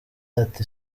ati